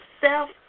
Self